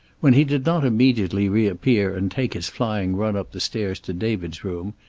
when he did not immediately reappear and take his flying run up the stairs to david's room,